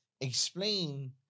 Explain